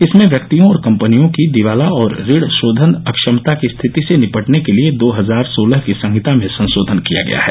इसमें व्यक्तियों और कंपनियों की दिवाला और ऋण शोधन अक्षमता की स्थिति से निपटने के लिए दो हजार सोलह की संहिता में संशोधन किया गया है